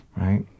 right